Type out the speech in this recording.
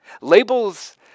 Labels